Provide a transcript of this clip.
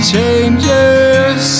Changes